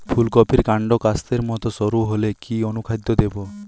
ফুলকপির কান্ড কাস্তের মত সরু হলে কি অনুখাদ্য দেবো?